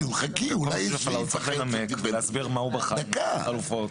הוא צריך לנמק ולהסביר איזה חלופות